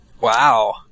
Wow